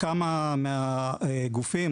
כמה מהגופים,